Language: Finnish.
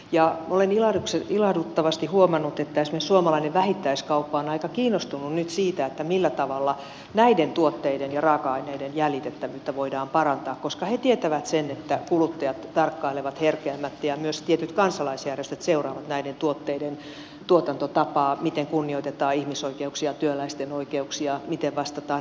ja olen ilahduttavasti huomannut että esimerkiksi suomalainen vähittäiskauppa on aika kiinnostunut nyt siitä millä tavalla näiden tuotteiden ja raaka aineiden jäljitettävyyttä voidaan parantaa koska he tietävät sen että kuluttajat tarkkailevat herkeämättä ja myös tietyt kansalaisjärjestöt seuraavat näiden tuotteiden tuotantotapaa miten kunnioitetaan ihmisoikeuksia työläisten oikeuksia miten vastataan ympäristöstä